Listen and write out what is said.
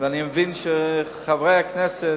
ואני מבין שחברי הכנסת,